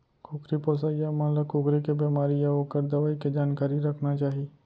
कुकरी पोसइया मन ल कुकरी के बेमारी अउ ओकर दवई के जानकारी रखना चाही